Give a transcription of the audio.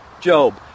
Job